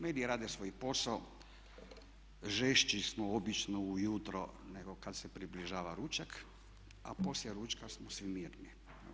Mediji rade svoj posao, žešći smo obično ujutro nego kad se približava ručak, a poslije ručka smo svi mirni.